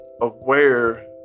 aware